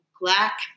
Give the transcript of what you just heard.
black